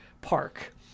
Park